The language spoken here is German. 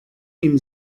ihm